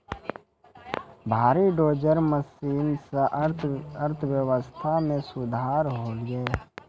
भारी dozer machine सें अर्थव्यवस्था मे सुधार होलय